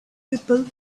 people